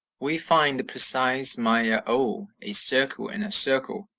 we find the precise maya o a circle in a circle,